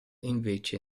invece